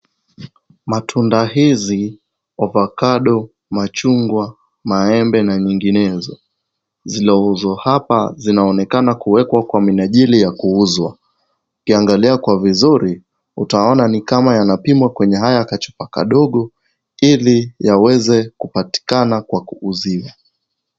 Matunda hizi, ovakado, machugwa, maembe na nyinginezo. Zilouzwa hapa zinaonekana kuwekwa kwa minajili ya kuuzwa. Ukiangalia kwa vizuri , utaona nikama yanapimwa kwenye haya kachupa kadogo, ili yaweze kupatikana kwa kuuziwa.